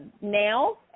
now